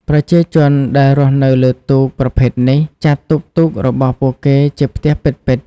ប្រជាជនដែលរស់នៅលើទូកប្រភេទនេះ ចាត់ទុកទូករបស់ពួកគេជាផ្ទះពិតៗ។